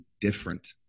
different